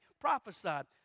prophesied